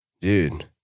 Dude